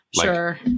Sure